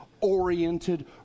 oriented